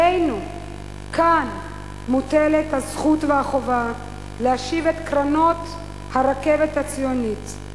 עלינו כאן מוטלות הזכות והחובה להשיב את קרונות הרכבת הציונית,